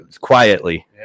quietly